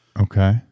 Okay